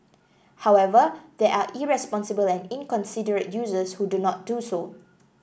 however there are irresponsible and inconsiderate users who do not do so